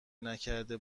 نکرده